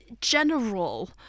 general